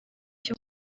cyo